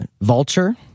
Vulture